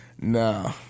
No